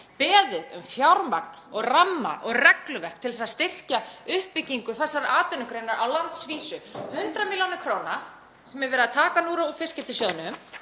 grátbeðið um fjármagn og ramma og regluverk til að styrkja uppbyggingu þessarar atvinnugreinar á landsvísu, 100 millj. kr. sem er verið að taka núna úr fiskeldissjóðnum.